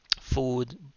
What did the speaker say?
food